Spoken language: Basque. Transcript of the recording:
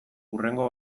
hurrengo